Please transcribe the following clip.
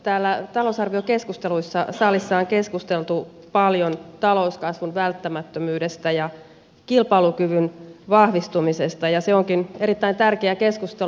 täällä salissa talousarviokeskusteluissa on keskusteltu paljon talouskasvun välttämättömyydestä ja kilpailukyvyn vahvistumisesta ja se onkin erittäin tärkeä keskustelu